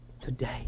Today